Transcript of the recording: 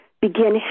begin